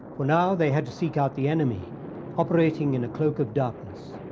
for now they had to seek out the enemy operating in a cloak of darkness.